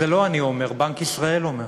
זה לא אני אומר, בנק ישראל אומר.